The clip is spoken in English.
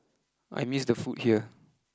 I miss the food here